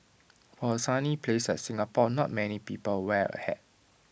for A sunny place like Singapore not many people wear A hat